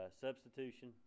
Substitution